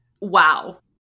wow